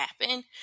happen